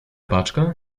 paczka